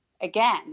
again